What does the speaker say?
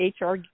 HR